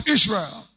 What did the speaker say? Israel